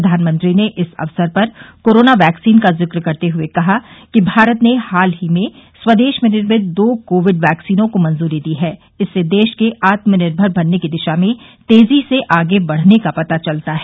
प्रधानमंत्री ने इस अवसर पर कोरोना वैक्सीन का जिक्र करते हुए कहा कि भारत ने हाल में स्वदेश निर्मित दो कोविड वैक्सीन को मंजूरी दी है इससे देश के आत्मनिर्मर बनने की दिशा में तेजी से आगे बढ़ने का पता चलता है